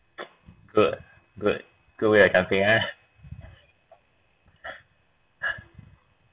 good good good way of jumping ah